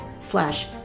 slash